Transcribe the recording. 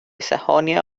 sajonia